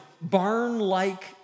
barn-like